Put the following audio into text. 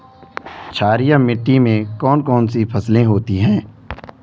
क्षारीय मिट्टी में कौन कौन सी फसलें होती हैं?